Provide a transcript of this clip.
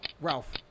Ralph